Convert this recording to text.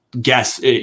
guess